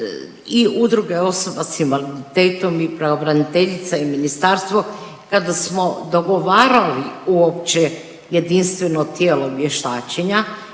i udruge osobe s invaliditetom i pravobraniteljica i ministarstvo kada smo dogovarali uopće jedinstveno tijelo vještačenja